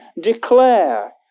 Declare